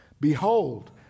Behold